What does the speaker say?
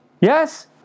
Yes